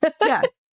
Yes